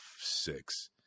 six